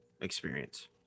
experience